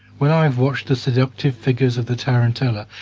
when i watched the seductive figures of the tarantella,